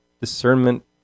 discernment